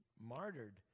martyred